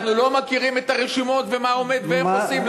אנחנו לא מכירים את הרשימות ומה עומד ואיך עושים?